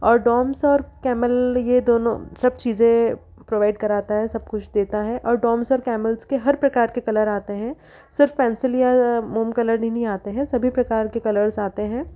और डॉम्स और कैमल ये दोनों सब चीजें प्रोवाइड कराता है सब कुछ देता है और डॉम्स और कैमल्स के हर प्रकार के कलर आते हैं सिर्फ पेंसिल या मोम कलर ही नहीं आते हैं सभी प्रकार के कलर्स आते हैं